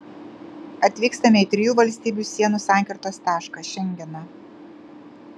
atvykstame į trijų valstybių sienų sankirtos tašką šengeną